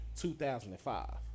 2005